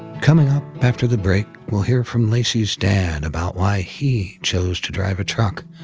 coming up after the break, we'll hear from lacy's dad about why he chose to drive a truck,